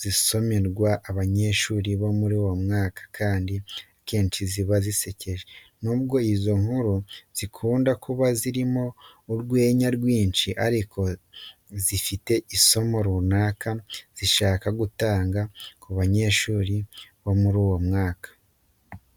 zisomerwa abanyeshuri bo muri uwo mwaka kandi akenshi ziba zisekeje. Nubwo izo nkuru zikunda kuba zirimo urwenya rwinshi ariko zifite isomo runaka zishaka gutanga ku banyeshuri bo muri uwo mwaka.